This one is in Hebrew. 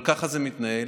אבל ככה זה מתנהל,